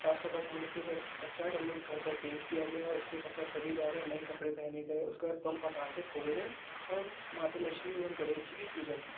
साफ सफाई होने के बाद पश्चात हम लोग घर पर पेंट किया गया उसके पश्चात सभी द्वारा नए कपड़े पहने गए उसके बाद बम पटाखे फोड़े गए और माता लक्ष्मी एवम गणेश जी की पूजा की